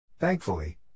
Thankfully